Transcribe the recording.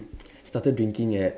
started drinking at